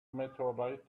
meteorite